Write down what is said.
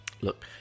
look